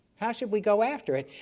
how should we go after it?